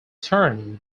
turn